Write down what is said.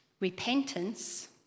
repentance